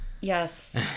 Yes